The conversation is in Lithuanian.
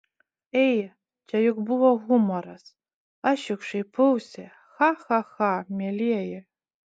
ei čia juk buvo humoras aš juk šaipausi cha cha cha mielieji